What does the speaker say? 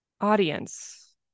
Audience